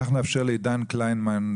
אנחנו נאפשר לעידן קלימן,